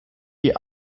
die